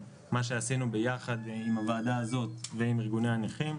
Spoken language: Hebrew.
מה שעשינו ביחד עם הוועדה הזאת ועם ארגוני הנכים,